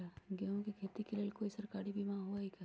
गेंहू के खेती के लेल कोइ सरकारी बीमा होईअ का?